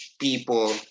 people